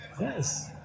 Yes